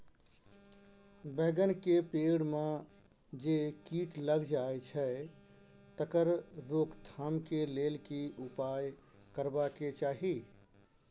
बैंगन के पेड़ म जे कीट लग जाय छै तकर रोक थाम के लेल की उपाय करबा के चाही?